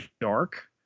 dark